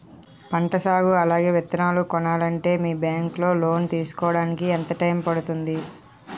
పంట సాగు అలాగే విత్తనాలు కొనాలి అంటే మీ బ్యాంక్ లో లోన్ తీసుకోడానికి ఎంత టైం పడుతుంది?